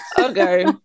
Okay